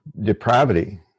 depravity